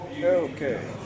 Okay